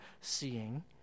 seeing